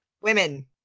Women